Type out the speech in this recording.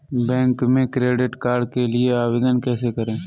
Bank में credit card के लिए आवेदन कैसे करें?